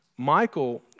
Michael